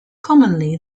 commonly